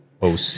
OC